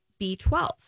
B12